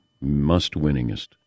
must-winningest